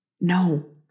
No